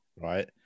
right